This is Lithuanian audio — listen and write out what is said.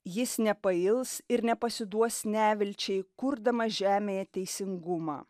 jis nepails ir nepasiduos nevilčiai kurdamas žemėje teisingumą